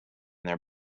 their